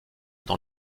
dans